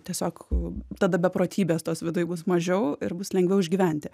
tiesiog tada beprotybės tos viduj bus mažiau ir bus lengviau išgyventi